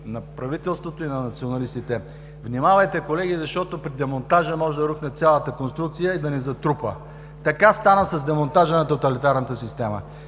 на правителството и на националистите. Внимавайте, колеги, защото при демонтажа може да рухне цялата конструкция и да ни затрупа! Така стана с демонтажа на тоталитарната система.